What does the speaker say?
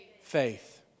faith